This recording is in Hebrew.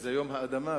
שזה יום האדמה,